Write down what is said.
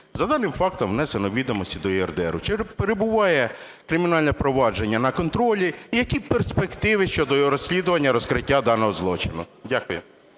За даним фактом внесено відомості до ЄРДР. Чи перебуває кримінальне провадження на контролі? І які перспективи щодо його розслідування і розкриття даного злочину? Дякую.